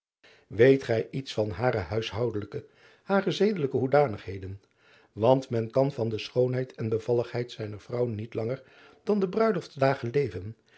eet gij iets van hare huishoudelijke hare zedelijke hoedanigheden ant men kan van de schoonheid en bevalligheid zijner vrouw niet langer dan de bruiloftsdagen leven